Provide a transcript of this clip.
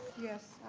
yes.